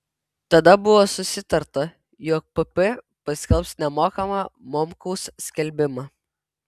tada buvo susitarta jog pp paskelbs nemokamą momkaus skelbimą